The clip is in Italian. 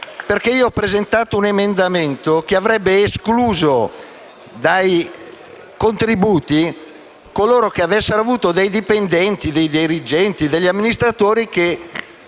perché avevo presentato un emendamento che avrebbe escluso dai contributi coloro che avessero dipendenti, dirigenti o amministratori che